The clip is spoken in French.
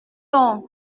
donc